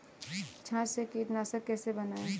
छाछ से कीटनाशक कैसे बनाएँ?